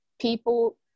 People